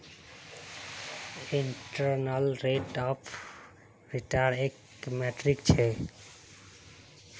internal rate of return एक metric छ